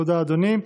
תודה, אדוני.